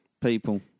People